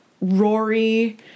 Rory